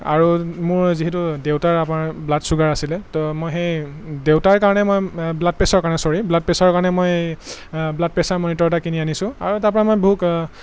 আৰু মোৰ যিহেতু দেউতাৰ আপোনাৰ ব্লাড চুগাৰ আছিলে তো মই সেই দেউতাৰ কাৰণে মই ব্লাড প্ৰেছাৰ কাৰণে চৰি ব্লাড প্ৰেছাৰৰ কাৰণে মই ব্লাড প্ৰেছাৰ মনিটৰ এটা কিনি আনিছোঁ আৰু তাৰপৰা মই বহুত